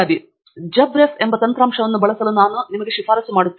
ಮತ್ತು JabRef ಎಂಬ ತಂತ್ರಾಂಶವನ್ನು ಬಳಸಲು ನಾನು ಶಿಫಾರಸು ಮಾಡಿದ್ದೇನೆ